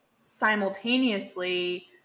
simultaneously